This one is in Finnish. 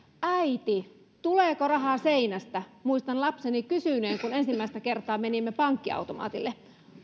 äiti tuleeko raha seinästä muistan lapseni kysyneen kun ensimmäistä kertaa menimme pankkiautomaatille